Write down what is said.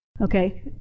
Okay